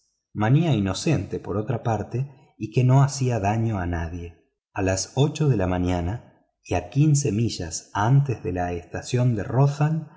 manía inocente por otra parte y que no hacía daño a nadie a las ocho de la mañana y a quince millas antes de la estación de rothal